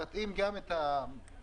להתאים גם את השיווק,